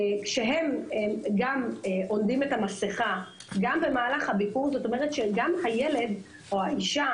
כשהם חובשים את המסכה גם במהלך הביקור זאת אומרת שהילד או האישה